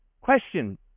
Question